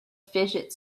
fidget